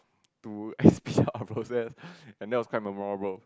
to speed up our process and that was quite memorable